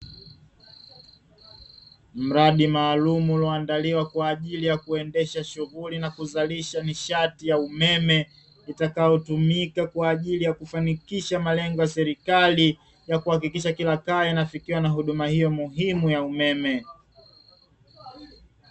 Mradi maalumu ulioandaliwa kwa ajili kuendesha shughuli ya uzalishaji nishati ya umeme. Utakalotumika kwa ajili ya kufanikisha malengo ya serikali ya kuhakikisha kila kaya inafikiwa na huduma hiyo muhimu ya umeme.